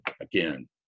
Again